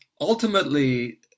ultimately